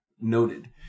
Noted